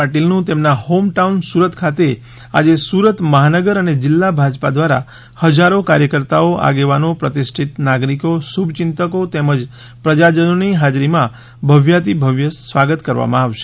પાટીલનુ તેમના home town Surat ખાતે આજે સુરત મહાનગર અને જિલ્લા ભાજપા દ્વારા હજારો કાર્યકર્તાઓ આગેવાનો પ્રતિષ્ઠિત નાગરીકો શુભ ચિંતકો તેમજ પ્રજાજનોની હાજરીમાં ભવ્યાતિભવ્ય સ્વાગત કરવામાં આવશે